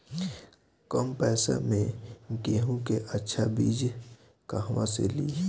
कम पैसा में गेहूं के अच्छा बिज कहवा से ली?